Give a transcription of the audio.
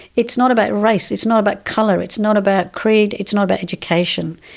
it's not about race, it's not about colour, it's not about creed, it's not about education,